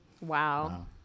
Wow